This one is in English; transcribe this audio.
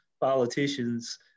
politicians